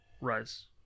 rise